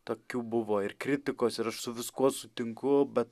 tokių buvo ir kritikos ir aš su viskuo sutinku bet